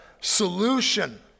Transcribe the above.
solution